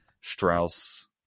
Strauss